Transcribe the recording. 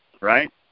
right